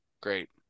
Great